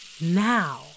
Now